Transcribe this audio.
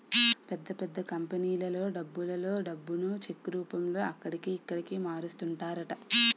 పెద్ద పెద్ద కంపెనీలలో డబ్బులలో డబ్బును చెక్ రూపంలోనే అక్కడికి, ఇక్కడికి మారుస్తుంటారట